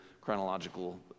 chronological